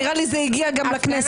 נראה לי זה הגיע גם לכנסת.